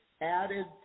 added